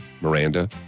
Miranda